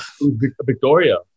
Victoria